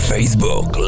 Facebook